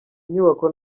inyubako